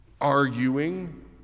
arguing